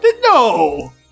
No